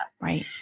right